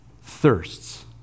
thirsts